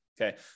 okay